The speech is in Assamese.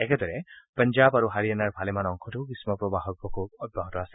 একেদৰে পঞ্জাৱ আৰু হাৰিয়ানাৰ ভালেমান অংশতো গ্ৰীল্পপ্ৰবাহৰ প্ৰকোপ অব্যাহত আছে